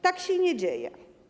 Tak się nie dzieje.